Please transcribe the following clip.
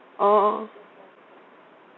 oh